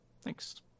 Thanks